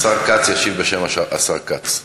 השר כץ ישיב בשם השר כץ.